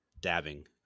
Dabbing